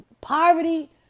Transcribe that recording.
poverty